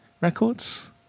Records